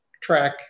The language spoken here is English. track